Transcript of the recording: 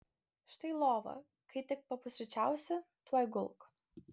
štai lova kai tik papusryčiausi tuoj gulk